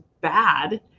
bad